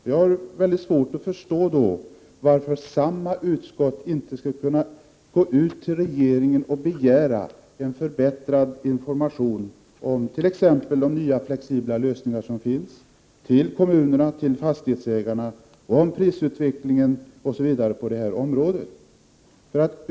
Jag har väldigt svårt att förstå varför utskottet inte skall kunna begära hos regeringen förbättrad information om t.ex. de nya flexibla lösningar som finns för kommunerna och fastighetsägarna samt om prisutvecklingen på området.